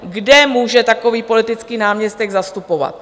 Kde může takový politický náměstek zastupovat?